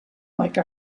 like